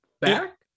back